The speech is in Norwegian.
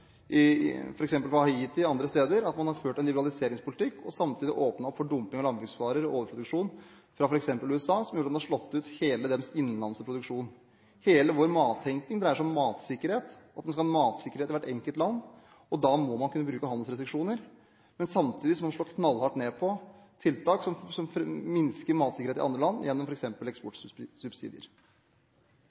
– f.eks. på Haiti, og andre steder – at man har ført en liberaliseringspolitikk og samtidig åpnet opp for dumping av landbruksvarer og overproduksjon, fra f.eks. USA, som har gjort at man har slått ut hele deres innlandsproduksjon. Hele vår mattenkning dreier seg om matsikkerhet, at man skal ha matsikkerhet i hvert enkelt land, og da må man kunne bruke handelsrestriksjoner. Men samtidig må man slå knallhardt ned på tiltak som minsker matsikkerhet i andre land, gjennom